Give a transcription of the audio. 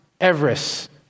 Everest